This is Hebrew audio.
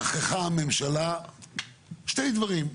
היא שכחה שני דברים,